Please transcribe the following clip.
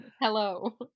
Hello